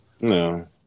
No